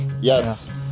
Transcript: yes